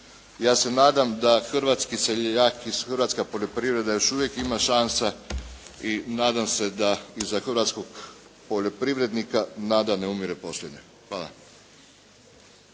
ja se nadam da hrvatski seljak i hrvatska poljoprivreda još uvijek imaju šansa i nadam se da za hrvatskog poljoprivrednika nada ne umire posljednja